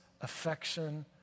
affection